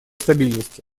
стабильности